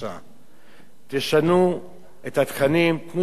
את התכנים, תנו יותר תכנים מוסריים,